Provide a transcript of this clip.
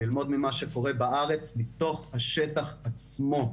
ללמוד ממה שקורה בארץ, מתוך השטח עצמו.